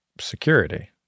security